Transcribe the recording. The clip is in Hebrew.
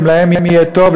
אם להם יהיה טוב,